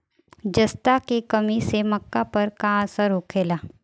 जस्ता के कमी से मक्का पर का असर होखेला?